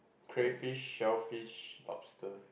cray fish shellfish lobster